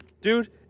dude